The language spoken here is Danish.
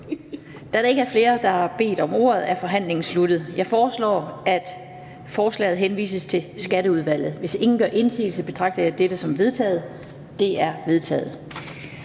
Da der ikke er flere, der har bedt om ordet, er forhandlingen sluttet. Jeg foreslår, at forslaget til folketingsbeslutning henvises til Skatteudvalget. Hvis ingen gør indsigelse, betragter jeg dette som vedtaget. Det er vedtaget.